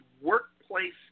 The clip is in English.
workplace